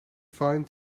fine